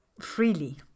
freely